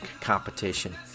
competition